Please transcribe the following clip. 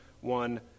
one